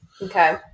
Okay